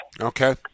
Okay